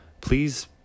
please